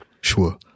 sure